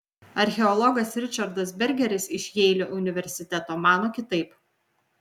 archeologas ričardas bergeris iš jeilio universiteto mano kitaip